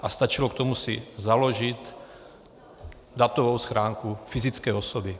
A stačilo k tomu si založit datovou schránku fyzické osoby.